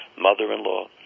mother-in-law